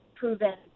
proven